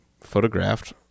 photographed